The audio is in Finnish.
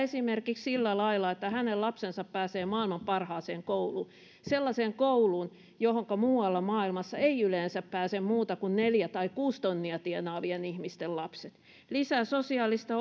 sitä esimerkiksi sillä lailla että hänen lapsensa pääsee maailman parhaaseen kouluun sellaiseen kouluun johonka muualla maailmassa eivät yleensä pääse muut kuin neljä tai kuusi tonnia tienaavien ihmisten lapset se lisää sosiaalista